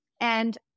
And-